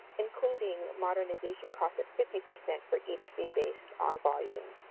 including modernization costs of fifty percent for each fee based on volume.